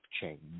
change